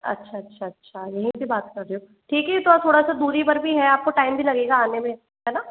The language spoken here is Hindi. अच्छा अच्छा अच्छा यहीं से बात कर रहे हो ठीक है तो आप थोड़ा सा दूरी पर भी है आपको टाइम भी लगेगा आने में है ना